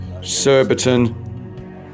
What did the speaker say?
Surbiton